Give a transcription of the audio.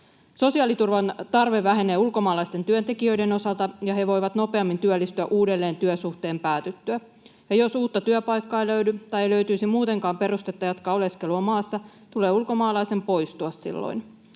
Sosiaaliturvan tarve vähenee ulkomaalaisten työntekijöiden osalta, ja he voivat nopeammin työllistyä uudelleen työsuhteen päätyttyä, ja jos uutta työpaikkaa ei löydy tai ei löytyisi muutenkaan perustetta jatkaa oleskelua maassa, tulee ulkomaalaisen poistua silloin.